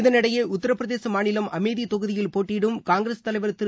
இதனிடையே உத்தரப்பிரதேச மாநிலம் அமேதி தொகுதியில் போட்டியிடும் காங்கிரஸ் தலைவர் திரு